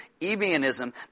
ebionism